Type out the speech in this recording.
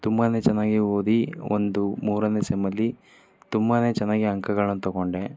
ತುಂಬಾ ಚೆನ್ನಾಗಿ ಓದಿ ಒಂದು ಮೂರನೇ ಸೆಮ್ಮಲ್ಲಿ ತುಂಬಾ ಚೆನ್ನಾಗಿ ಅಂಕಗಳನ್ನು ತೊಗೊಂಡೆ